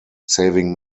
saving